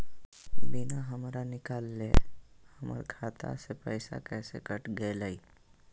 बिना हमरा निकालले, हमर खाता से पैसा कैसे कट गेलई?